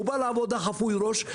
הוא בא לעבודה חפוי ראש,